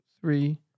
three